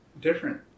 different